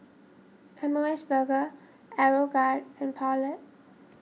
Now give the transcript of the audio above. M O S Burger Aeroguard and Poulet